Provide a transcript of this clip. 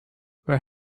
where